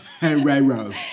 Herrero